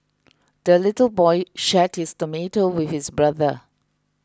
the little boy shared his tomato with his brother